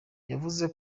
yavuze